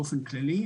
באופן כללי,